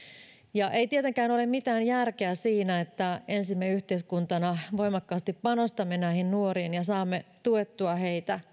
ja ei tietenkään ole mitään järkeä siinä että ensin me yhteiskuntana voimakkaasti panostamme näihin nuoriin ja saamme tuettua heitä